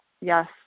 yes